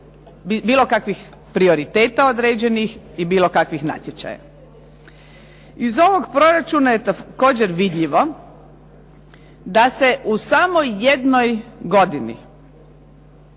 bilo kakvih prioriteta određenih i bilo kakvih natječaja. Iz ovog proračuna je također vidljivo da se u samo jednoj godini